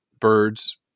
birds